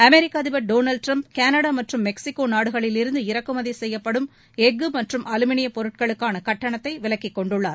அமெிக்க அதிபர் Donald Trump Canada மற்றும் மெக்சிக்கோ நாடுகளிலிருந்து இறக்குமதி செய்யப்படும் எஃகு மற்றும் அலுமினியப் பொருட்களுக்கான கட்டணத்தை விலக்கிக் கொண்டுள்ளார்